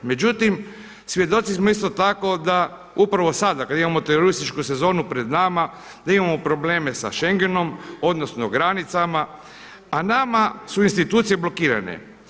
Međutim svjedoci smo isto tako upravo sada kada imamo turističku sezonu pred nama da imamo probleme sa Schengenom, odnosno granicama a nama su institucije blokirane.